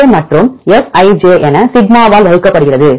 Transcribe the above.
J மற்றும் Fij என சிக்மாவால் வகுக்கப்படுகிறது